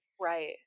Right